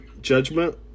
judgment